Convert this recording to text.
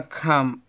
come